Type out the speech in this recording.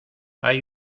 hay